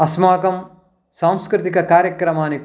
अस्माकं सांस्कृतिकः कार्यक्रमाणि